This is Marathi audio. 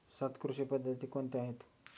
सात कृषी पद्धती कोणत्या आहेत?